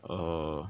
err